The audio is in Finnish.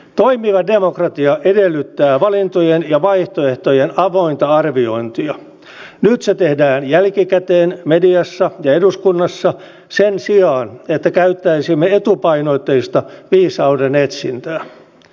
pitää muistaa että suurvallat ja kaikki euroopan maat sijoittavat näihin asioihin suuria määrärahoja ja saavat näin ollen etukäteen tietoa tulevista uhkista